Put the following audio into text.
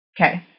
Okay